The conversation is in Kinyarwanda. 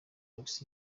alex